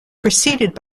preceded